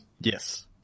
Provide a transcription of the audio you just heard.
Yes